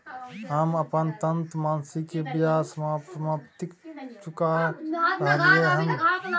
हम अपन ऋण मासिक के बजाय साप्ताहिक चुका रहलियै हन